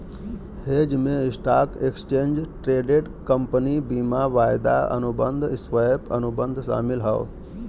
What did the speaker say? hedge में stock, exchange traded fund, बीमा, वायदा अनुबंध, स्वैप, अनुबंध शामिल हौ